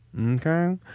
Okay